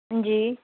हां जी